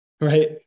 right